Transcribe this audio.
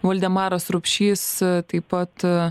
valdemaras rupšys taip pat